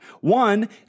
one